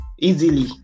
easily